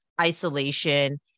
isolation